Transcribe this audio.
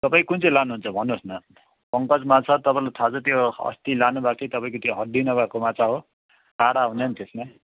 तपाईँ कुन चाहिँ लानुहुन्छ भन्नुहोस् न पङ्कज माछा तपाईँलाई थाहा छ त्यो अस्ति लानुभएको थियो तपाईँको त्यो हड्डी नभएको माछा हो काँडा हुँदैन त्यसमा